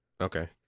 Okay